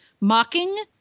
mocking